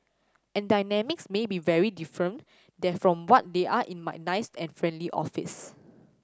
and dynamics may be very different there from what they are in my nice and friendly office